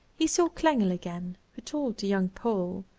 he saw klengel again, who told the young pole,